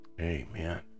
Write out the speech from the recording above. Amen